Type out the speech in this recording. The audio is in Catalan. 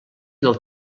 del